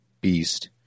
beast